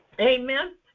amen